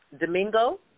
Domingo